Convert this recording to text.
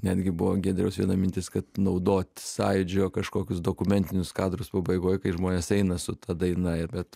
netgi buvo giedriaus viena mintis kad naudot sąjūdžio kažkokius dokumentinius kadrus pabaigoj kai žmonės eina su ta daina ir bet